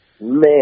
Man